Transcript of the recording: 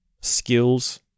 skills